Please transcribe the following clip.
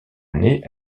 année